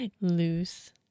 loose